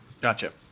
Gotcha